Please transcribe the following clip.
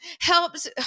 helps